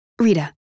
Rita